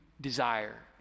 desire